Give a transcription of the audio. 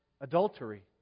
Adultery